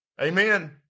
Amen